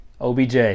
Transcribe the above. OBJ